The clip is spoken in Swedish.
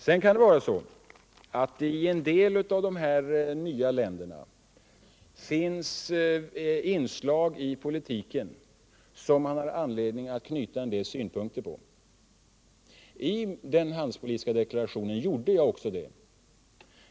Sedan kan det vara så att det i en del av de nya länderna finns inslag i politiken, som man har anledning att anlägga synpunkter på. I den handelspolitiska deklarationen gjorde jag också det.